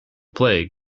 plague